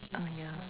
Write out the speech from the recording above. yeah